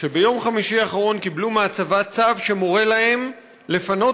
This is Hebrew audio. שביום חמישי האחרון קיבלו מהצבא צו שמורה להם לפנות